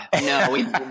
No